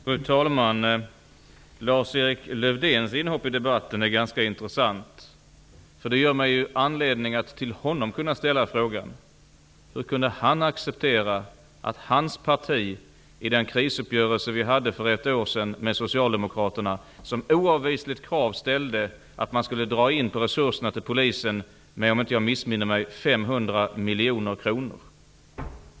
Fru talman! Lars-Erik Lövdéns inhopp i debatten är ganska intressant. Det ger mig anledning att fråga honom hur han kunde acceptera att hans parti, vid krisuppgörelsen mellan oss och socialdemokraterna för ett år sedan, som oavvisligt krav ställde att resurserna till Polisen skulle dras in med -- om jag inte missminner mig -- 500 miljoner kronor.